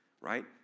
right